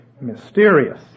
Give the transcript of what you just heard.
mysterious